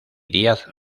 díaz